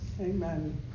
Amen